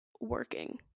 working